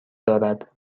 دارد